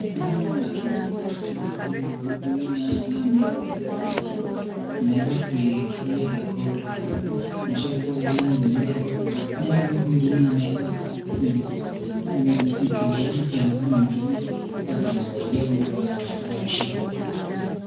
Hawa ni wakimbiaji wa Kenya, huyu naye ambaye ameweza kuilala chini ameweza kuivunja rekodi huku ikionyesha kuwa yeye ni Uraguay. Naye huyu mwingine ameweza ni mkimbiaji pia ambaye ni Mkenya akiwa anamsaidia huyu ambaye ameweza kuishinda.